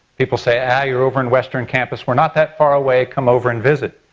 people say ah you're over in western campus. we're not that far away, come over and visit.